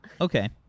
Okay